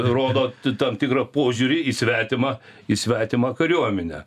rodo tam tikrą požiūrį į svetimą į svetimą kariuominę